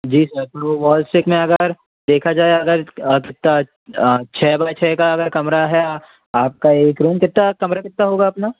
जी sir फिर वो wall इस्टिक में अगर देखा जाए अगर छः बाय छः का अगर कमरा है आपका एक रूम कितना कमरा कितना होगा अपना